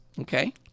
Okay